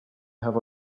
have